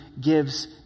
gives